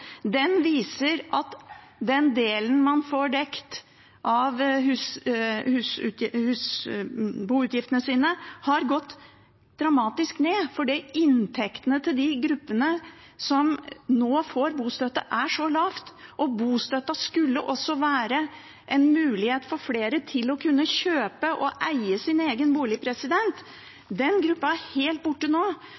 viser at den delen av boutgiftene man får dekket, har gått dramatisk ned, fordi inntektene til de gruppene som nå får bostøtte, er så lave. Bostøtten skulle også være en mulighet for flere til å kunne kjøpe og eie sin egen bolig,